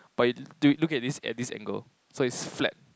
but you do look at this at this angle so it's flat